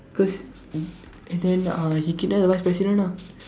cause and then uh he kidnap the vice president ah